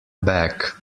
back